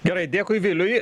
gerai dėkui viliui